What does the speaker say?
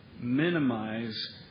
minimize